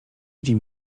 idzie